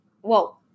whoa